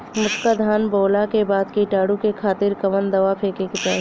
मोटका धान बोवला के बाद कीटाणु के खातिर कवन दावा फेके के चाही?